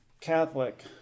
Catholic